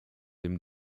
dem